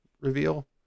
reveal